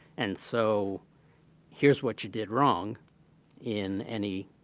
and so here's what you did wrong in any